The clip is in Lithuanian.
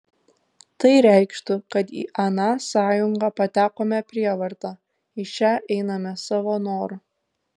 tai reikštų kad į aną sąjungą patekome prievarta į šią einame savo noru